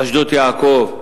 אשדות-יעקב,